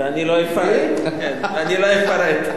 ואני לא אפרט, אני לא אפרט.